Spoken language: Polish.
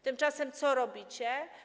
Tymczasem co robicie?